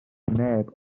neb